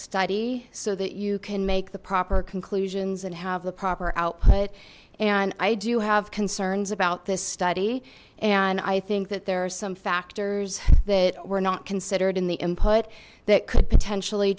study so that you can make the proper conclusions and have the proper output and i do have concerns about this study and i think that there are some factors that were not considered in the input that could potentially